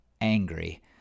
angry